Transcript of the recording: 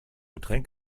getränk